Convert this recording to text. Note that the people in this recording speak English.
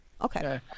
okay